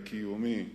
הקיומי,